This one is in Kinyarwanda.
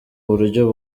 buryo